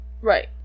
Right